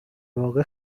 واقع